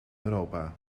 europa